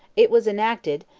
it was enacted,